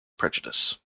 prejudice